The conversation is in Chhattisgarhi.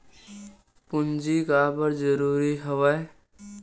पूंजी काबर जरूरी हवय?